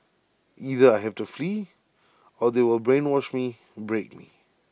either I have to flee or they will brainwash me break me